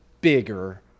bigger